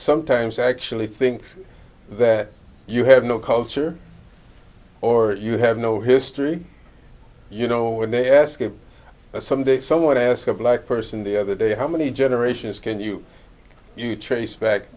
sometimes actually thinks that you have no culture or you have no history you know when they ask if someday someone ask a black person the other day how many generations can you trace back